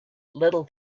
little